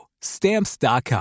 Stamps.com